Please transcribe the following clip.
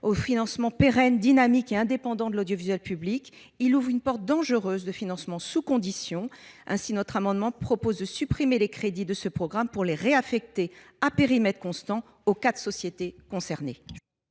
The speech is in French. au financement pérenne, dynamique et indépendant de l’audiovisuel public. Il ouvre une porte dangereuse d’abondement sous conditions. Ainsi, notre amendement vise à supprimer les crédits de ce programme pour les réaffecter à périmètre constant aux quatre sociétés concernées.